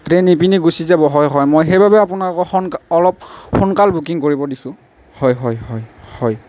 train ইপিনে গুচি যাব হয় হয় মই সেইবাবে আপোনালোকক সোনকালে অলপ সোনকাল বুকিং কৰিব দিছোঁ হয় হয় হয় হয়